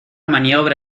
maniobra